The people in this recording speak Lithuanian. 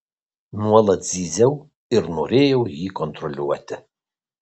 nuolat zyziau ir norėjau jį kontroliuoti